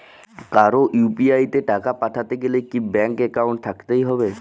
কারো ইউ.পি.আই তে টাকা পাঠাতে গেলে কি ব্যাংক একাউন্ট থাকতেই হবে?